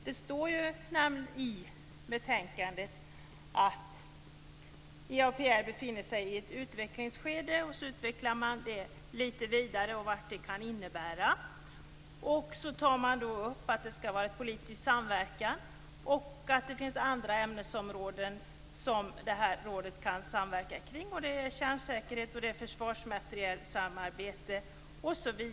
Det står i betänkandet att EAPR befinner sig i ett utvecklingsskede, och utskottet utvecklar vidare vad det kan innebära. Man säger att det skall vara en politisk samverkan och att det finns andra ämnesområden som det här rådet kan samverka kring, bl.a. kärnsäkerhet och försvarsmaterielsamarbete.